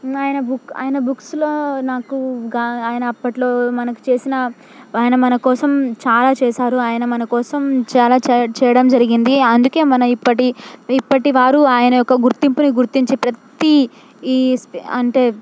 ఆయన బుక్ ఆయన బుక్స్లో నాకు గా ఆయన అప్పట్లో మనకి చేసిన ఆయన మన కోసం చాలా చేసారు ఆయన మన కోసం చాలా చే చేయడం జరిగింది అందుకే మన ఇప్పటి ఇప్పటివారు ఆయన యొక్క గుర్తింపుని గుర్తించి ప్రతీ ఈ స్పి అంటే